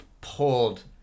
pulled